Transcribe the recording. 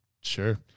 sure